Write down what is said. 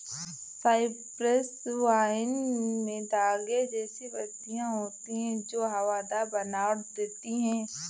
Cyprus vine में धागे जैसी पत्तियां होती हैं जो हवादार बनावट देती हैं